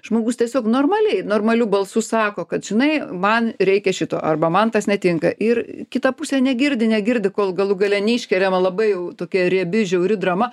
žmogus tiesiog normaliai normaliu balsu sako kad žinai man reikia šito arba man tas netinka ir kita pusė negirdi negirdi kol galų gale neiškeliama labai jau tokia riebi žiauri drama